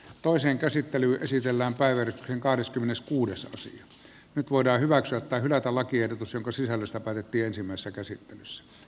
toisen käsittely esitellään päivitys kahdeskymmeneskuudes osan nyt voidaan hyväksyä tai hylätä lakiehdotus jonka sisällöstä päätettiin ensimmäisessä käsittelyssä